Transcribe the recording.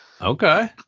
Okay